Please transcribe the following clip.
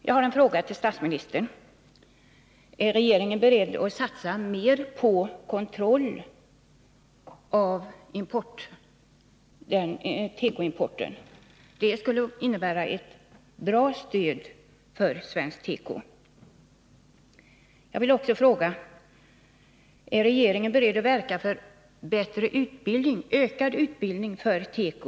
Jag har en fråga till statsministern: Är regeringen beredd att satsa mer på kontroll av tekoimporten? — Det skulle innebära ett bra stöd för svensk teko.